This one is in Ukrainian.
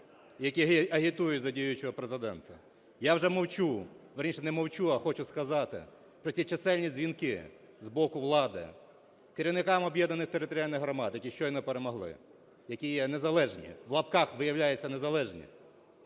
які агітують за діючого Президента. Я вже мовчу, вірніше, не мовчу, а хочу сказати про ті чисельні дзвінки з боку влади керівникам об'єднаних територіальних громад, які щойно перемогли, які є незалежні, в лапках, виявляється, "незалежні",